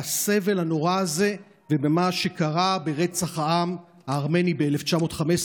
בסבל הנורא הזה ובמה שקרה ברצח העם הארמני ב-1915,